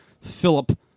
Philip